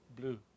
blue